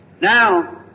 Now